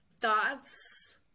thoughts